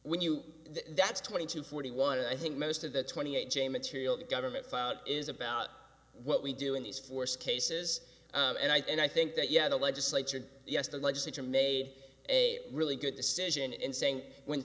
when you that's twenty two forty one and i think most of the twenty eight j material the government is about what we do in these forced cases and i think that yeah the legislature yes the legislature made a really good decision in saying when